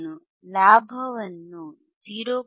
ನಾನು ಲಾಭವನ್ನು 0